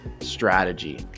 strategy